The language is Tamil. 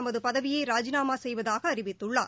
தமது பதவியை ராஜிநாமா செய்வதாக அறிவித்துள்ளார்